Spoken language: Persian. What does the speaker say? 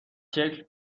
شکل